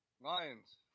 Lions